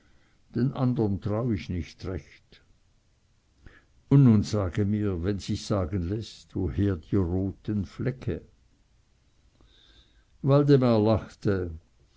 den andern trau ich nicht recht und nun sage mir wenn sich's sagen läßt woher die roten flecke waldemar lachte